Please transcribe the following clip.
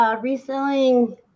reselling